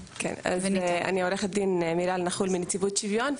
אז אני עורכת הדין מיראל נח'ול נציבות שוויון.